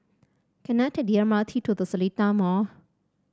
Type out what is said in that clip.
can I take the M R T to The Seletar Mall